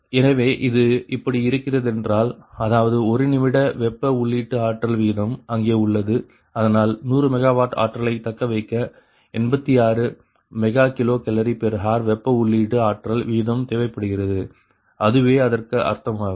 எனவே இது இப்படி இருக்கிறதென்றால் அதாவது 1 நிமிட வெப்ப உள்ளீட்டு ஆற்றல் வீதம் அங்கே உள்ளது அதனால் 100 MW ஆற்றலை தக்கவைக்க 86 MkCalhr வெப்ப உள்ளீட்டு ஆற்றல் வீதம் தேவைப்படுகிறது அதுவே அதற்க்கு அர்த்தமாகும்